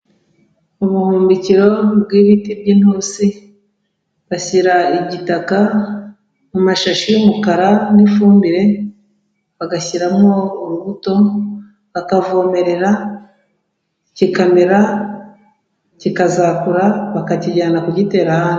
Ubuhumbikiro bw'ibiti by'intusi, bashyira igitaka mu mashashi y'umukara n'ifumbire bagashyiramo urubuto bakavomerera kikamera, kikazakura bakakijyana ku gitera ahandi.